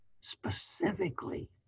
specifically